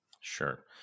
Sure